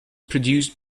produced